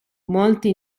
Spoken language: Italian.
molti